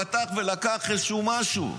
פתח ולקח איזשהו משהו.